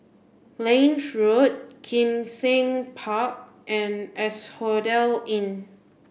Lange Road Kim Seng Park and Asphodel Inn